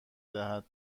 دهد